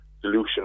solution